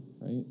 right